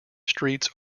streets